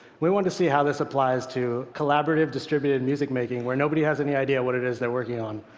we wanted to see how this applies to collaborative, distributed music making, where nobody has any idea what it is they're working on.